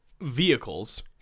vehicles